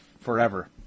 forever